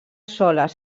soles